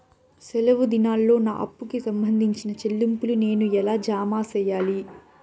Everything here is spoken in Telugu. సెలవు దినాల్లో నా అప్పుకి సంబంధించిన చెల్లింపులు నేను ఎలా జామ సెయ్యాలి?